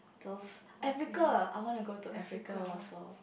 those Africa I wanna go to Africa also